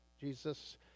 Jesus